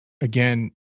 again